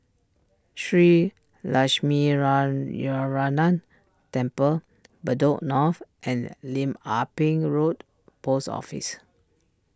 Shree lash me run your run nan Temple Bedok North and Lim Ah Pin Road Post Office